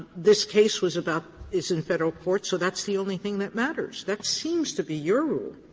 this case was about is in federal court, so that's the only thing that matters. that seems to be your rule.